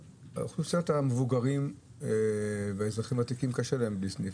אוכלוסיית המבוגרים והאזרחים הוותיקים קשה להם בלי סניף.